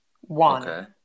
One